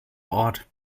ort